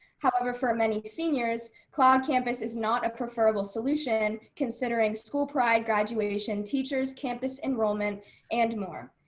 however, for many seniors, cloud campus is not a preferable solution considering school pride, graduation, teachers, campus enrollment and more.